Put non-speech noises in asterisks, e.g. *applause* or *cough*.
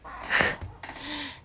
*breath*